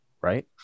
right